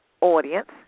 audience